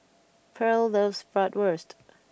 Pearle loves Bratwurst